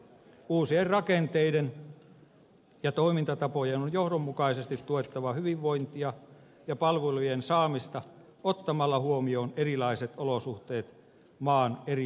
uusien rakenteiden ja toimintatapojen on johdonmukaisesti tuettava hyvinvointia ja palvelujen saamista ottamalla huomioon erilaiset olosuhteet maan eri osissa